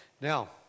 Now